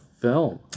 film